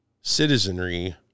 citizenry